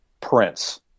Prince